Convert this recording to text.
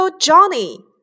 Johnny